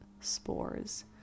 spores